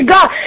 God